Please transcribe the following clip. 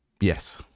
Yes